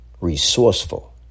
resourceful